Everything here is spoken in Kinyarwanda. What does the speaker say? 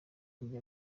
kujya